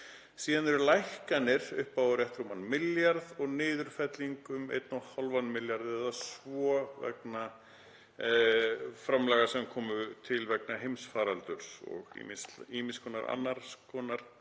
Síðan eru lækkanir upp á rétt rúman milljarð og niðurfelling um 1,5 milljarða eða svo vegna framlaga sem komu til vegna heimsfaraldurs og ýmiss konar tímabundinna